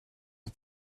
les